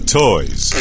toys